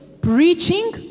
preaching